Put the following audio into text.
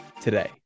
today